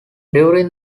during